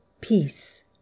Peace